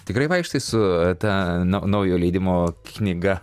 tikrai vaikštai su ta na naujo leidimo knyga